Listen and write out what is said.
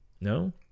no